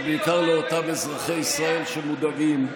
ובעיקר לאותם אזרחי ישראל שמודאגים,